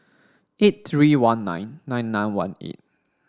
eight three one nine nine nine one eight